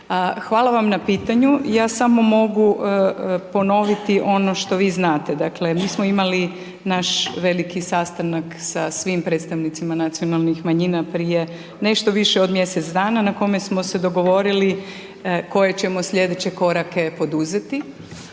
hvala vam na pitanju ja samo mogu ponoviti ono što vi znate. Dakle, mi smo imali naš veliki sastanak sa svim predstavnicima nacionalnih manjina, prije nešto više od mjesec dana na kome smo se dogovorili koje ćemo slijedeće korake poduzeti,